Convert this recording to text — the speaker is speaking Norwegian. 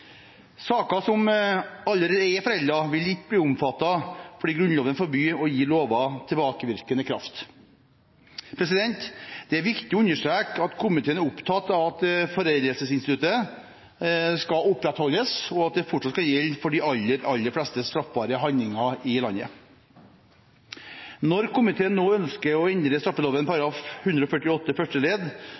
Saker som allerede er foreldet, vil ikke bli omfattet, fordi Grunnloven forbyr å gi lover tilbakevirkende kraft. Det er viktig å understreke at komiteen er opptatt av at foreldelsesinstituttet skal opprettholdes, og at det fortsatt skal gjelde for de aller fleste straffbare handlinger i landet. Når komiteen nå ønsker å endre straffeloven § 148 første ledd,